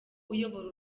uyobora